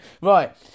Right